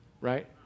right